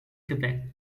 quebec